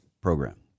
program